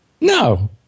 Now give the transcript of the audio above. No